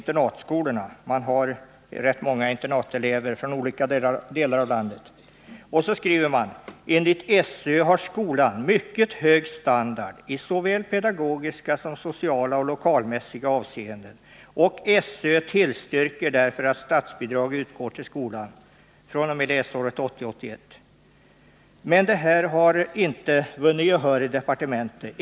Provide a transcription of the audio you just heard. Enligt SÖ har skolan mycket hög standard i såväl pedagogiska som sociala och lokalmässiga avseenden. SÖ tillstyrker därför att statsbidrag utgår till skolan fr.o.m. läsåret 1980/81.” Men detta har egendomligt nog inte vunnit gehör i departementet.